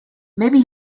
maybe